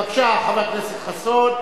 בבקשה, חבר הכנסת חסון.